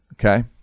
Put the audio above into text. Okay